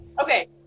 Okay